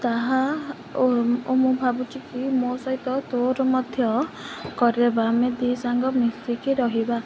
ତାହା ମୁଁ ଭାବୁଛି କି ମୋ ସହିତ ତୋର ମଧ୍ୟ କରିବା ଆମେ ଦୁଇ ସାଙ୍ଗ ମିଶିକି ରହିବା